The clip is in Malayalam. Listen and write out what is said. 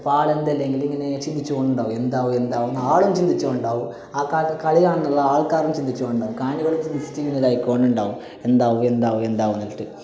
അപ്പോൾ ആളെന്തെല്ലാമെങ്കിലും ഇങ്ങനെ ചിന്തിച്ച് കൊണ്ടുണ്ടാവും എന്താവും എന്താവും ആളും ചിന്തിച്ചുകൊണ്ടുണ്ടാവും ആൾക്കാരും കളി കാണുന്നുള്ള ആൾക്കാരും ചിന്തിച്ചുകൊണ്ടുണ്ടാവും കാണികളും ചിന്തിച്ചിട്ട് ഇങ്ങനെ ഇതായിക്കൊണ്ടുണ്ടാവും എന്താവും എന്താവും എന്താവുമെന്ന് പറഞ്ഞിട്ട്